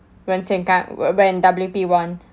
when sengkang when W_P won